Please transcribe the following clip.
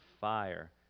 fire